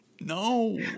No